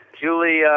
Julie